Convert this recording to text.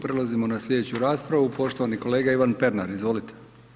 Prelazimo na slijedeću raspravu, poštovani kolega Ivan Pernar, izvolite.